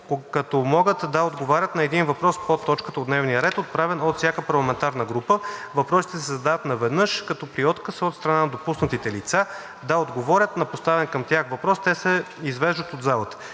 като могат да отговорят на един въпрос по точката от дневния ред, отправен от всяка парламентарна група. Въпросите се задават наведнъж, като при отказ от страна на допуснатите лица да отговорят на поставен към тях въпрос те се извеждат от залата.“